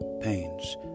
Pains